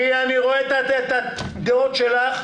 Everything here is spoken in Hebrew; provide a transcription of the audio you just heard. כי אני רואה את הדעות שלך.